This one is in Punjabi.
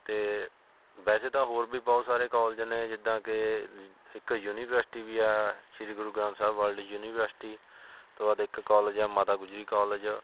ਅਤੇ ਵੈਸੇ ਤਾਂ ਹੋਰ ਵੀ ਬਹੁਤ ਸਾਰੇ ਕੋਲਜ ਨੇ ਜਿੱਦਾਂ ਕਿ ਯ ਇੱਕ ਯੂਨੀਵਰਸਿਟੀ ਵੀ ਆ ਸ਼੍ਰੀ ਗੁਰੂ ਗ੍ਰੰਥ ਸਾਹਿਬ ਵਰਲਡ ਯੂਨੀਵਰਸਿਟੀ ਉਸਤੋਂ ਬਾਅਦ ਇੱਕ ਕੋਲਜ ਆ ਮਾਤਾ ਗੁਜਰੀ ਕੋਲਜ